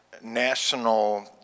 national